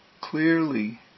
clearly